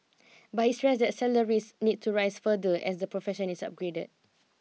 but he stressed that salaries need to rise further as the profession is upgraded